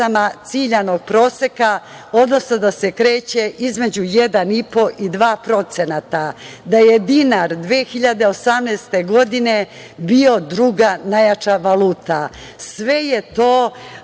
ciljanog proseka, odnosno da se kreće između 1,5% i 2%, da je dinar 2018. godine bio druga najjača valuta. Sve to